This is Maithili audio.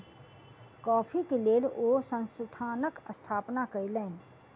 कॉफ़ी के लेल ओ संस्थानक स्थापना कयलैन